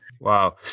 Wow